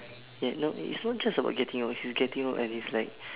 yeah no it's not just about getting old he's getting out and he's like